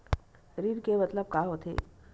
ऋण के मतलब का होथे?